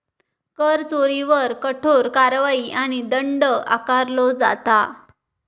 कर चोरीवर कठोर कारवाई आणि दंड आकारलो जाता